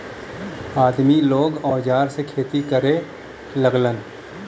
आदमी लोग औजार से खेती करे लगलन